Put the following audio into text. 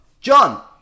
John